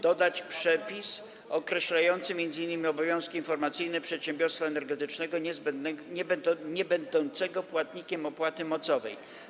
dodać przepis określający m.in. obowiązki informacyjne przedsiębiorstwa energetycznego niebędącego płatnikiem opłaty mocowej.